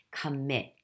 Commit